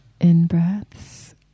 in-breaths